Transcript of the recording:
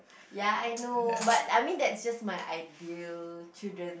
ya I know but I mean that's just my ideal children